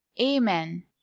Amen